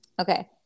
okay